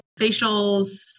facials